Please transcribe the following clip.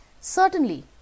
Certainly